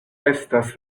estas